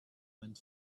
went